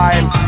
Time